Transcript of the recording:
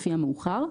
לפי המאוחר,